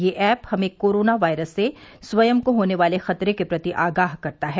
यह ऐप हमें corona virus से स्वयं को होने वाले खतरे के प्रति आगाह करता है